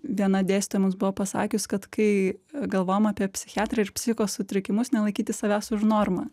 viena dėstytoja mums buvo pasakius kad kai galvojam apie psichiatrą ir psichikos sutrikimus nelaikyti savęs už normą